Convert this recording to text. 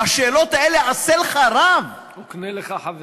והשאלות האלה, עשה לך רב, וקנה לך חבר.